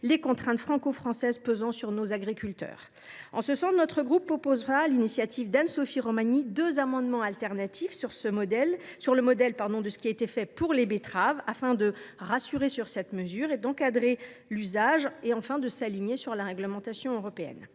les contraintes franco françaises pesant sur nos agriculteurs. En ce sens, notre groupe proposera, sur l’initiative d’Anne Sophie Romagny, deux amendements sur le modèle de ce qui a été fait pour les betteraves, afin de rassurer sur cette mesure, d’encadrer l’usage et, enfin, de s’aligner sur la réglementation européenne.